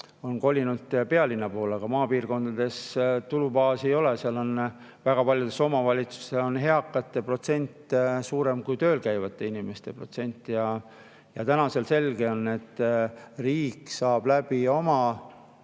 on kolinud pealinna poole, aga maapiirkondades tulubaasi ei ole – väga paljudes omavalitsustes on eakate protsent suurem kui tööl käivate inimeste protsent. Praegu on selge, et riik saab läbi oma